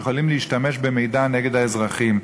יכולים להשתמש במידע נגד האזרחים.